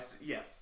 yes